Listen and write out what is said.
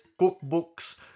cookbooks